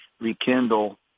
rekindle